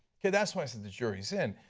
that is why i say the jury is in.